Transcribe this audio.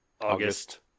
August